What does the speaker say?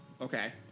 Okay